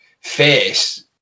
face